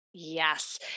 yes